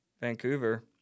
Vancouver